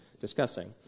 discussing